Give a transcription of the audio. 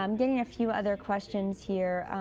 um getting a few other questions here.